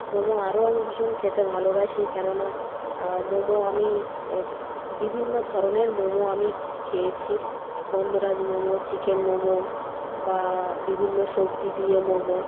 মোমো আরও আমি ভীষণ খেতে ভালোবাসি কেননা মোমো আমি বিভিন্ন ধরনের মোমো আমি খেয়েছি গন্ধরাজ মোমো চিকেন মোমো বা বিভিন্ন সবজি দিয়ে মোমো